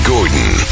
Gordon